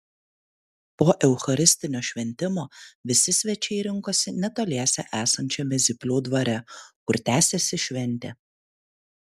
po eucharistinio šventimo visi svečiai rinkosi netoliese esančiame zyplių dvare kur tęsėsi šventė